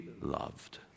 loved